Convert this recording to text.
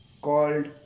called